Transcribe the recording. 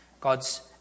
God's